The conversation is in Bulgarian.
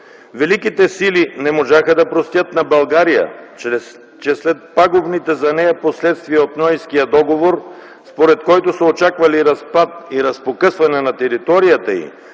Великите сили не можаха да простят на България, че след пагубните за нея последствия от Ньойския договор, според който са очаквали разпад и разпокъсване на територията й,